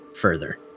further